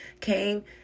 came